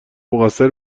مقصر